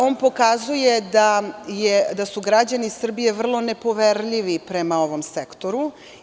On pokazuje da su građani Srbije vrlo nepoverljivi prema ovom sektoru.